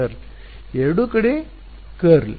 ಎರಡೂ ಕಡೆ ಕರ್ಲ್